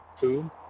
boom